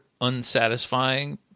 unsatisfying